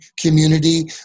community